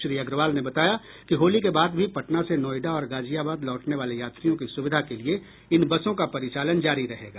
श्री अग्रवाल ने बताया कि होली के बाद भी पटना से नोएडा और गाजियाबाद लौटने वाले यात्रियों की सुविधा के लिए इन बसों का परिचालन जारी रहेगा